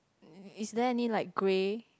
is there any like grey